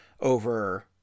over